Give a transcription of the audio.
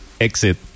exit